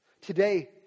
Today